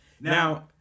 Now